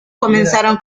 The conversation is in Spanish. comenzaron